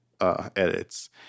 edits